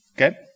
Okay